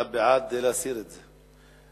אתה בעד להסיר את זה?